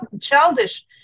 childish